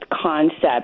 concept